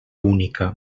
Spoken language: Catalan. única